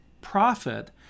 profit